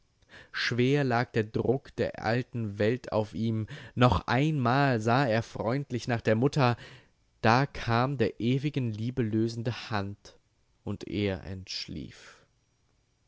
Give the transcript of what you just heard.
schwer lag der druck der alten welt auf ihm noch einmal sah er freundlich nach der mutter da kam der ewigen liebe lösende hand und er entschlief